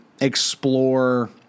explore